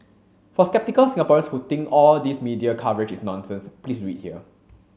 for sceptical Singaporeans who think all these media coverage is nonsense please read here